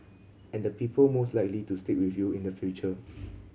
and the people most likely to stick with you in the future